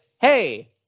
Hey